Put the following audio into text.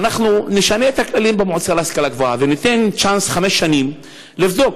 שאנחנו נשנה את הכללים במועצה להשכלה גבוהה וניתן צ'אנס חמש שנים לבדוק.